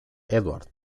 edward